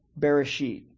Bereshit